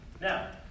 Now